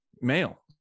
male